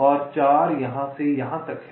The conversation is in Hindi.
और 4 यहाँ से यहाँ तक है